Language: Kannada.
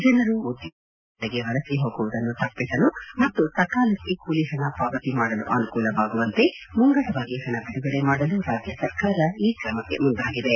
ಜನರು ಉದ್ಯೋಗ ಅರಸಿ ಬೇರೆ ಕಡೆಗೆ ವಲಸೆ ಹೋಗುವುದನ್ನು ತಪ್ಪಿಸಲು ಮತ್ತು ಸಕಾಲಕ್ಷೆ ಕೂಲಿ ಹಣ ಪಾವತಿ ಮಾಡಲು ಅನುಕೂಲವಾಗುವಂತೆ ಮುಂಗಡವಾಗಿ ಹಣ ಬಿಡುಗಡೆ ಮಾಡಲು ರಾಜ್ಯ ಸರ್ಕಾರ ಈ ಕ್ರಮಕ್ಕೆ ಮುಂದಾಗಿದೆ